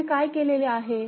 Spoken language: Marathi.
इथे काय केलेले आहे